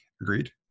agreed